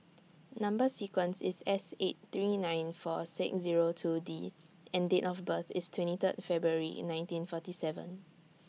Number sequence IS S eight three nine four six Zero two D and Date of birth IS twenty three February nineteen forty seven